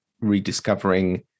rediscovering